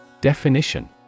Definition